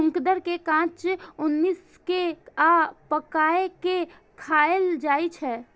चुकंदर कें कांच, उसिन कें आ पकाय कें खाएल जाइ छै